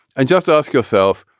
and just ask yourself,